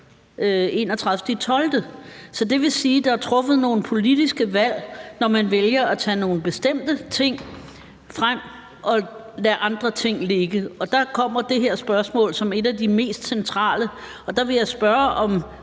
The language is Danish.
Det vil sige, at der er truffet nogle politiske valg, når man vælger at tage nogle bestemte ting frem og lader andre ting ligge – og der kommer det her spørgsmål som et af de mest centrale, og derfor vil jeg spørge, om